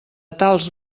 tals